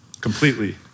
completely